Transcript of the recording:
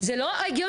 זה לא הגיוני,